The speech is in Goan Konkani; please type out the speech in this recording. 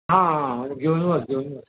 आं घेवन वच घेवन वच